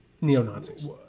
Neo-Nazis